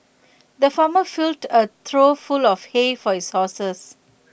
the farmer filled A trough full of hay for his horses